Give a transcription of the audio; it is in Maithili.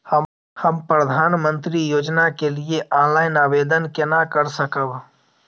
हम प्रधानमंत्री योजना के लिए ऑनलाइन आवेदन केना कर सकब?